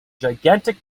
gigantic